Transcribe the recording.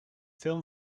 film